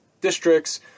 districts